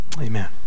Amen